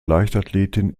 leichtathletin